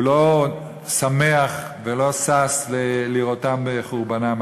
הוא לא שמח ולא שש לראותם בחורבנם.